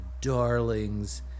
darlings